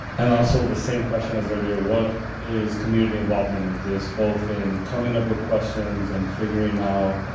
and also the same question as earlier. what is community involvement in this both in coming up with questions and figuring out